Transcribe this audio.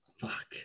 fuck